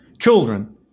children